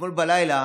אתמול בלילה